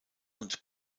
und